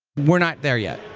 we're not there yet.